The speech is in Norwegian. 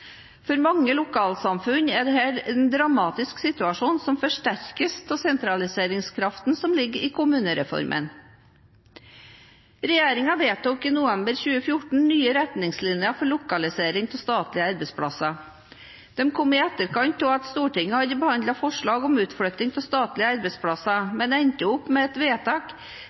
For mange lokalsamfunn er dette er dramatisk situasjon, som forsterkes av sentraliseringskraften som ligger i kommunereformen. Regjeringen vedtok i november 2014 nye retningslinjer for lokalisering av statlige arbeidsplasser. De kom i etterkant av at Stortinget hadde behandlet forslag om utflytting av statlige arbeidsplasser, men endte opp med et vedtak